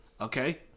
Okay